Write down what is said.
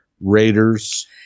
Raiders